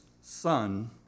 son